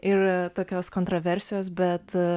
ir tokios kontroversijos bet